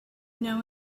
know